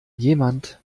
jemand